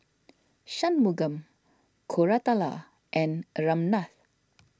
Shunmugam Koratala and Ramnath